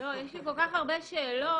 יש לי כל כך הרבה שאלות.